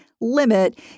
limit